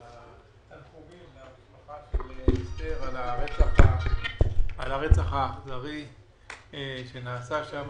תנחומים למשפחה של אסתר על הרצח האכזרי שנעשה שם.